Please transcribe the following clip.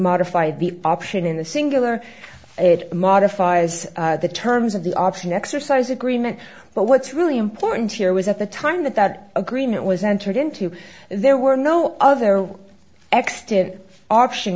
modify the option in the singular it modifies the terms of the option exercise agreement but what's really important here was at the time that that agreement was entered into there were no other x to option